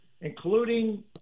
including